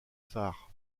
phares